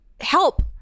help